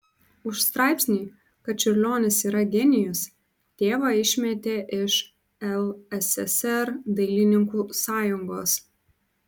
už straipsnį kad čiurlionis yra genijus tėvą išmetė iš lssr dailininkų sąjungos